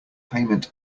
payment